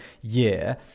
year